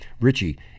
Richie